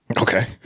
Okay